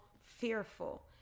fearful